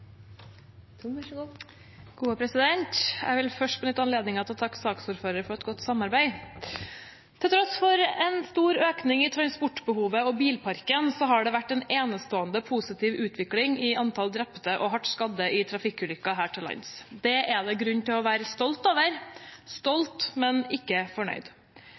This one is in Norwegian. Jeg vil først benytte anledningen til å takke saksordføreren for et godt samarbeid. Til tross for en stor økning i transportbehovet og i bilparken har det vært en enestående positiv utvikling i antall drepte og hardt skadde i trafikkulykker her til lands. Det er det grunn til å være stolt over – stolt, men ikke fornøyd.